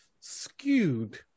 skewed